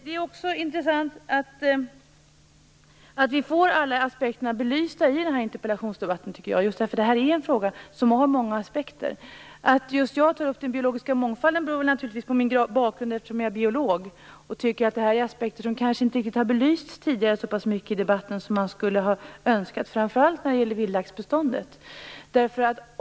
Det är också intressant att vi får alla aspekter belysta i den här interpellationsdebatten, eftersom detta är en fråga som har många aspekter. Att just jag tar upp den biologiska mångfalden beror naturligtvis på min bakgrund eftersom jag är biolog och anser att detta är aspekter som kanske inte riktigt har belysts tidigare så pass mycket i debatten som man skulle ha önskat, framför allt när det gäller vildlaxbeståndet.